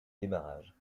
démarrage